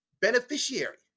beneficiary